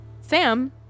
Sam